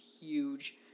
huge